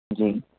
جی